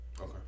Okay